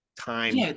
time